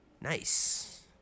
Nice